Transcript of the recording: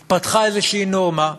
התפתחה איזושהי נורמה,